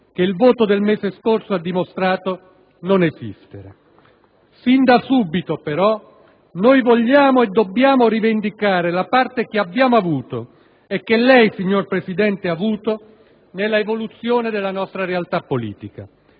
che il voto del mese scorso ha dimostrato non esistere. Sin da subito, però, noi vogliamo e dobbiamo rivendicare la parte che abbiamo avuto - e che lei, signor Presidente, ha avuto - nell'evoluzione della nostra realtà politica.